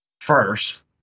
first